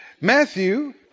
Matthew